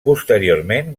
posteriorment